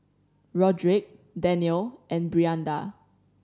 Rodrick Danniel and Brianda